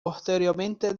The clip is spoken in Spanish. posteriormente